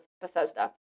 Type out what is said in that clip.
Bethesda